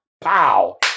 pow